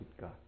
God